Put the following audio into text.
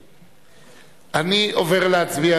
אני רוצה להודות,